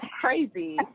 crazy